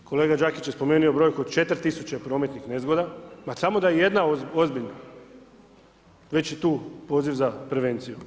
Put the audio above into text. Kolega Đakić je spomenuo brojku od 4 tisuće prometnih nezgoda, pa samo da je jedna ozbiljna, već je tu poziv za prevenciju.